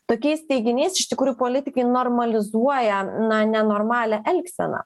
tokiais teiginiais iš tikrųjų politikai normalizuoja na nenormalią elgseną